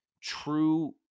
true